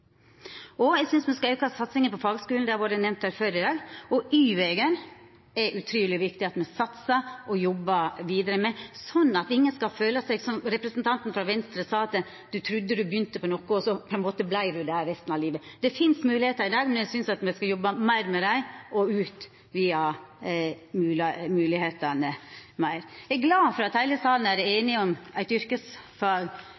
Eg synest me skal auka satsinga på fagskulen, det har vore nemnt her før i dag, og det er utruleg viktig at me satsar på og jobbar vidare med Y-vegen, slik at ingen skal føla seg slik representanten frå Venstre sa, at ein trudde ein begynte på noko, og så vart ein der resten av livet. Det finst moglegheiter i dag, men eg synest me skal jobba meir med dei og utvida moglegheitene meir. Eg er glad for at heile salen er